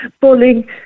bullying